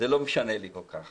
זה לא משנה לי כל כך,